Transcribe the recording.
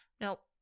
Nope